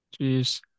Jeez